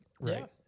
Right